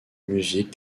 musique